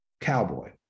Cowboy